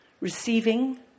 receiving